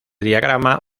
diagrama